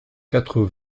quatre